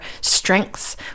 strengths